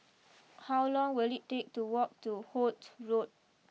how long will it take to walk to Holt Road